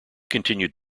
continued